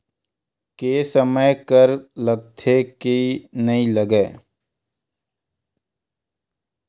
के समय कर लगथे के नइ लगय?